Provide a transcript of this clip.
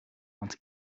want